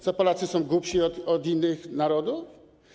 Co, Polacy są głupsi od innych narodów?